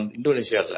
Indonesia